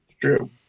true